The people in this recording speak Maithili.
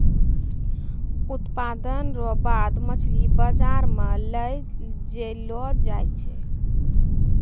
उत्पादन रो बाद मछली बाजार मे लै जैलो जाय छै